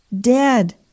dead